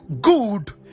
good